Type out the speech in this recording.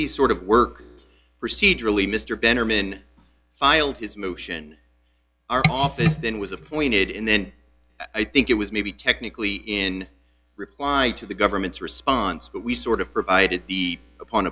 these sort of work procedurally mr benderman filed his motion our office then was appointed and then i think it was maybe technically in reply to the government's response but we sort of provided the upon